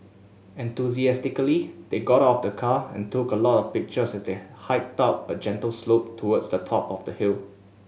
enthusiastically they got out of the car and took a lot of pictures as they hiked up a gentle slope towards the top of the hill